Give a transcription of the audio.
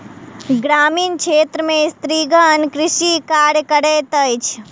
ग्रामीण क्षेत्र में स्त्रीगण कृषि कार्य करैत अछि